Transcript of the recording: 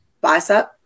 bicep